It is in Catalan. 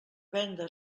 venda